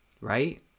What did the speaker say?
right